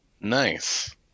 Nice